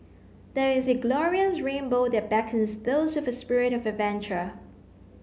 there is a glorious rainbow that beckons those with a spirit of adventure